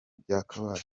cyakabaye